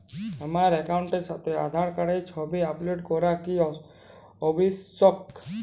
আমার অ্যাকাউন্টের সাথে আধার কার্ডের ছবি আপলোড করা কি আবশ্যিক?